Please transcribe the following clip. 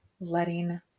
letting